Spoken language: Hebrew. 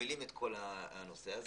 שמובילים את כל הנושא הזה,